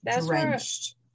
drenched